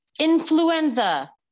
influenza